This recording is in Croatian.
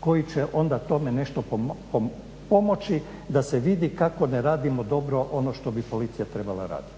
koji će onda tome nešto pomoći da se vidi kako ne radimo dobro ono što bi policija trebala raditi.